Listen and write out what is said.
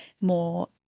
more